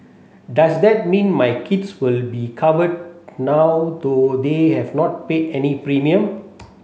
does that mean my kids will be covered now though they have not paid any premium